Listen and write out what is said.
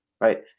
right